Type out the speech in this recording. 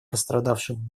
пострадавшему